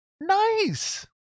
Nice